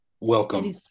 welcome